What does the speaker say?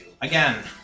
Again